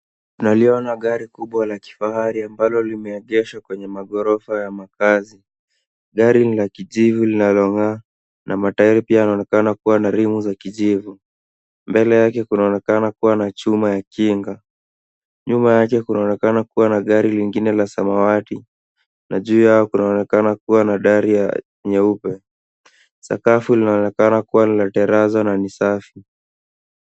Naliona gari kubwa la kifahari ambalo limeegeshwa kwenye maghorofa ya makazi. Gari ni la kijivu linalong'aa na matairi pia yanaonekana kuwa na rimu za kijivu. Mbele yake kunaonekana kuwa na chuma ya kinga. Nyuma yake kunaonekana kuwa na gari lingine la samawati na juu yao kunaonekana kuwa na dari ya nyeupe. Sakafu linaonekana kuwa ni la terrazo na ni safi.